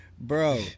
Bro